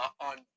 on